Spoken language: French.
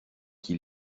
qui